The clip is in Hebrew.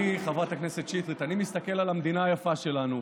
חברת הכנסת שטרית, אני מסתכל על המדינה יפה שלנו,